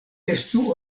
estu